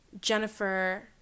Jennifer